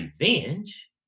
revenge